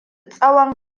tsawon